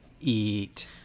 eat